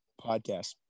podcast